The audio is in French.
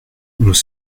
nous